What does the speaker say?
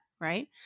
right